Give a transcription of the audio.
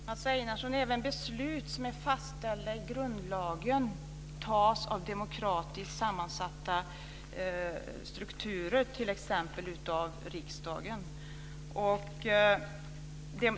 Herr talman! Mats Einarsson, även beslut som är fastställda i grundlagen fattas av demokratiskt sammansatta strukturer, t.ex. av riksdagen.